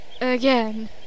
Again